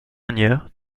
manière